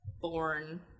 born